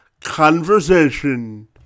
conversation